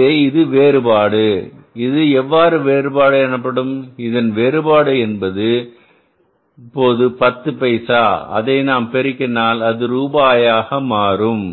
எனவே இதுவே வேறுபாடு இது எவ்வாறு வேறுபாடு எனப்படும் இதன் வேறுபாடு என்பது இப்போது பத்து பைசா அதை நாம் பெருக்கினால் அது ரூபாயாக மாறும்